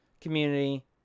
community